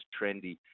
trendy